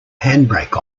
handbrake